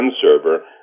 server